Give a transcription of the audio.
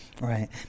Right